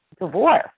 divorce